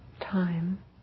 time